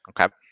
Okay